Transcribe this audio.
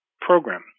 program